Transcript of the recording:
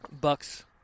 bucks